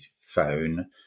phone